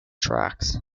tracks